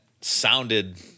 sounded